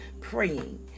praying